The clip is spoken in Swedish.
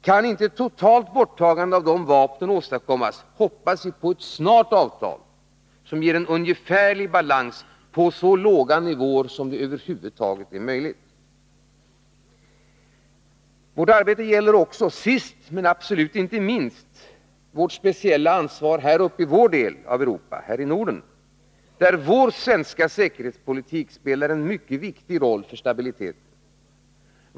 Kan inte ett totalt borttagande av dessa vapen åstadkommas, hoppas vi på ett snart avtal som ger en ungefärlig balans på så låga nivåer som det över huvud taget är möjligt. Vårt arbete gäller också — sist men absolut inte minst — vårt speciella ansvar i vår del av Europa, här uppe i Norden, där vår svenska säkerhetspolitik spelar en mycket viktig roll för stabiliteten.